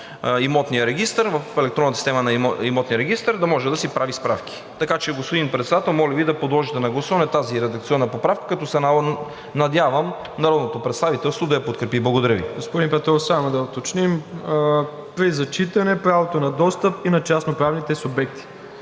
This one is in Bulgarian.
Имотния регистър, в електронната система на Имотния регистър да може да си прави справки. Така че, господин Председател, моля Ви да подложите на гласуване тази редакционна поправка, като се надявам народното представителство да я подкрепи. Благодаря Ви. ПРЕДСЕДАТЕЛ МИРОСЛАВ ИВАНОВ: Господин Петров, само да уточним: „При зачитане правото на достъп и на частноправните субекти“.